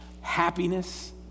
happiness